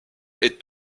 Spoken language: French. est